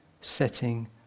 setting